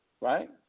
right